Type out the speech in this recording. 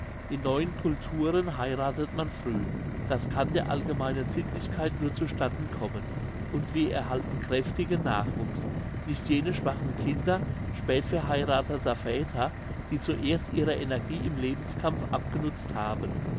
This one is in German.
in neuen culturen heiratet man früh das kann der allgemeinen sittlichkeit nur zu statten kommen und wir erhalten kräftigen nachwuchs nicht jene schwachen kinder spätverheirateter väter die zuerst ihre energie im lebenskampf abgenützt haben